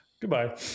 Goodbye